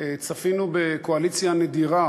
צפינו בקואליציה נדירה